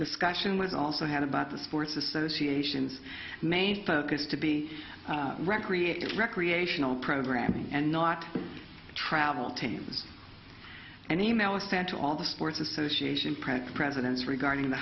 discussion was also had about the sports association's main focus to be recreated recreational programming and not travel teams and email a fan to all the sports association product presidents